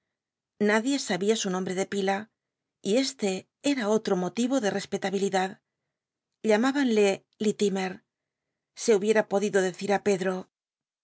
iadie sabia su nombre de pila y este ea otro motivo de respetabilidad llamtibanle lillimer se hubiera podido decir á pedro